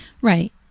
right